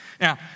Now